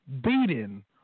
Beating